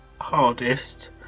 hardest